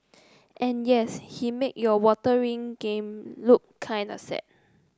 and yes he made your water ring game look kind of sad